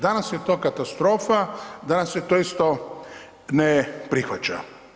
Danas je to katastrofa, danas se to isto ne prihvaća.